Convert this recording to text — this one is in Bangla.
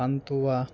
পান্তুয়া